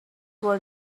were